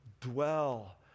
dwell